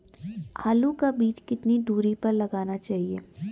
आलू का बीज कितनी दूरी पर लगाना चाहिए?